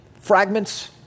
fragments